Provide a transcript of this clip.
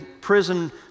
prison